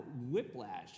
whiplash